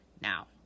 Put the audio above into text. now